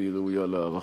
והיא ראויה להערכה.